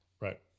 Right